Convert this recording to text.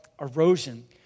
erosion